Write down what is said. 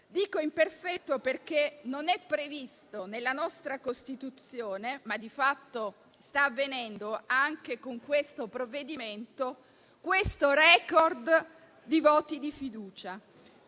Dico imperfetto perché non è previsto nella nostra Costituzione, ma di fatto sta avvenendo, anche con il provvedimento al nostro esame, questo record di voti di fiducia.